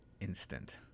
instant